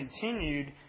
continued